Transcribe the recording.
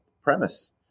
premise